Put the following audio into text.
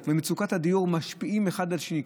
ומצוקת הדיור משפיעים אחד על השני.